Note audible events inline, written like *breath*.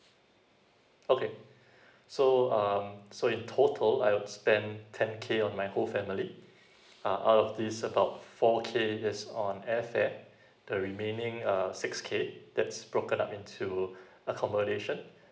okay *breath* so um so in total I would spend ten K on my whole family *breath* uh out of this about four K is on air fare *breath* the remaining uh six K that's broken up into *breath* accommodation *breath*